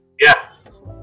yes